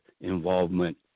involvement